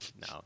No